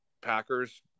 Packers